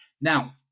now